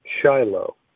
Shiloh